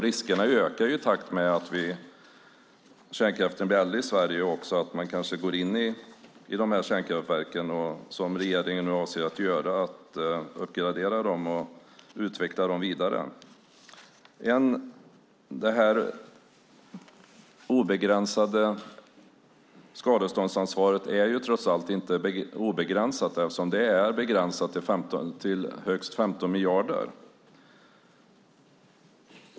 Riskerna ökar i takt med att kärnkraften blir äldre i Sverige och också att man kanske går in i de här kärnkraftverken och uppgraderar och utvecklar dem vidare som regeringen nu avser att göra. Det här obegränsade skadeståndsansvaret är trots allt inte obegränsat, eftersom det är begränsat till högst 15 miljarder.